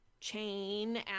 chain